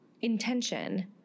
intention